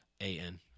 A-N